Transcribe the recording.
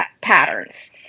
patterns